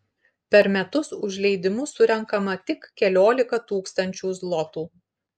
per metus už leidimus surenkama tik keliolika tūkstančių zlotų